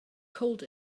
cold